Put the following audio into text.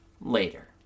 later